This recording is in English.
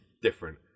Different